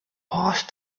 passed